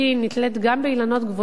נתלית גם באילנות גבוהים